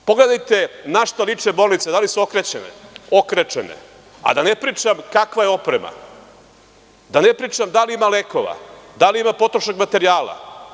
Pogledajte na šta liče bolnice, da li su okrečene, a da ne pričam kakva je oprema, da ne pričam da li ima lekova, da li ima potrošnog materijala.